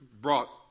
brought